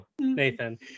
Nathan